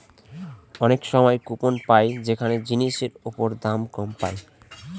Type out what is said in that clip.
অনেক সময় কুপন পাই যেখানে জিনিসের ওপর দাম কম পায়